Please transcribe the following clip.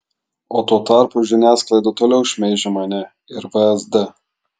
o tuo tarpu žiniasklaida toliau šmeižia mane ir vsd